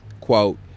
quote